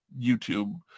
youtube